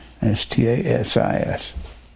S-T-A-S-I-S